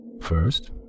First